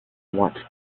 want